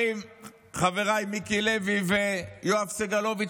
חבריי מיקי לוי ויואב סגלוביץ',